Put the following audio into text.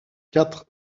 quatre